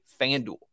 FanDuel